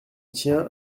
tien